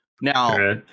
Now